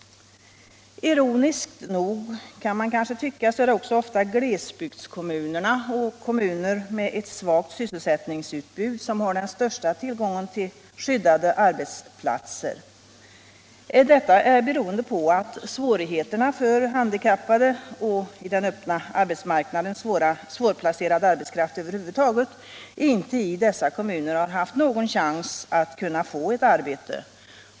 Ironiskt nog, kan man kanske tycka, är det också ofta glesbygdskommunerna och kommuner med ett svagt sysselsättningsutbud som har den största tillgången på skyddade arbetsplatser, detta beroende på att handikappade människor och i den öppna marknaden svårplacerad arbetskraft över huvud taget i dessa kommuner inte haft någon chans att få ett arbete.